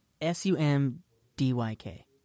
S-U-M-D-Y-K